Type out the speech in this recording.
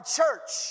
church